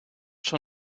schon